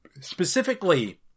specifically